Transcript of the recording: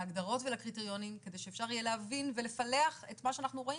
להגדרות ולקריטריונים כדי שאפשר יהיה להבין ולפלח את מה שאנחנו רואים,